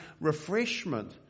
refreshment